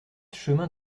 chemin